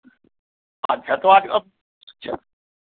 अच्छा तो आप अच्छा